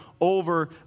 over